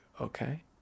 okay